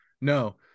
no